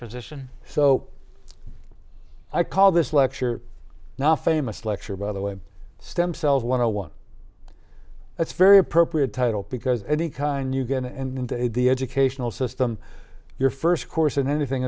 physician so i call this lecture now famous lecture by the way stem cells one o one that's very appropriate title because any kind you get in the educational system your first course in anything